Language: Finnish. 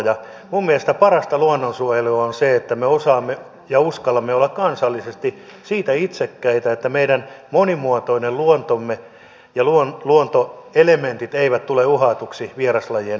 minun mielestäni parasta luonnonsuojelua on se että me osaamme ja uskallamme olla kansallisesti siitä itsekkäitä että meidän monimuotoinen luontomme ja luontoelementit eivät tule uhatuiksi vieraslajien toimesta